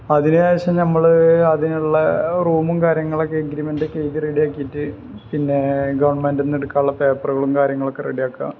അതിനുശേഷം നമ്മള് അതിനിള്ള റൂമും കാര്യങ്ങളുമൊക്കെ എഗ്രിമെന്റ് ഒക്കെ എഴുതി റെഡിയാക്കിയിട്ട് പിന്നേ ഗെവൺമെന്റില്നിന്ന് എടുക്കാനുള്ള പേപ്പറും കാര്യങ്ങളൊക്കെ റെഡിയാക്കുക